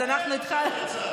אז אנחנו התחלנו, זה היה קצר.